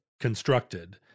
constructed